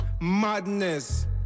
madness